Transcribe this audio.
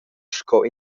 sco